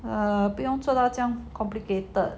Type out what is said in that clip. eh 不用做到这样 complicated